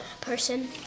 person